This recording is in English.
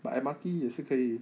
but M_R_T 也是可以